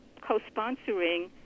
co-sponsoring